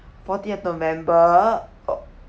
fourteen of november oh